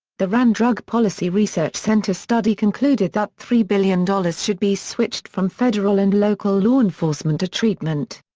the rand drug policy research center study concluded that three billion dollars should be switched from federal and local law enforcement to treatment.